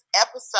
episode